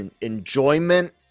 enjoyment